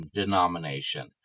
denomination